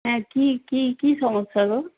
হ্যাঁ কী কী কী সমস্যা গো